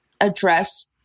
address